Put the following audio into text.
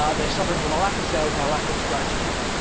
ah they're suffering from a lack of sales and a lack of strategy,